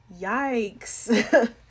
yikes